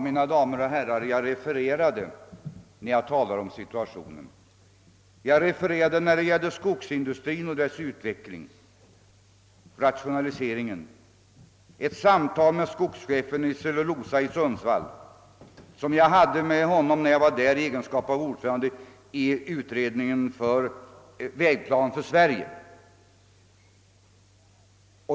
Mina damer och herrar, när jag talade om situationen — det gällde skogsindustrin och dess utveckling och rationalisering — refererade jag ett samtal som jag hade med Cellulosabolagets skogschef i Sundsvall, när jag var där i egenskap av ordförande i utredningen för vägplan i Sverige.